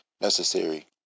necessary